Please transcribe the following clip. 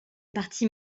parties